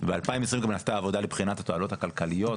וב-2020 נעשתה גם עבודה לבחינת התועלות הכלכליות